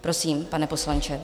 Prosím, pane poslanče.